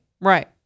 Right